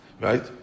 Right